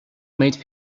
made